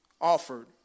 offered